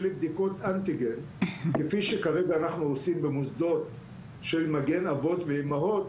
בדיקות אנטיגן כפי שכרגע אנחנו עושים במוסדות של מגן אבות ואימהות,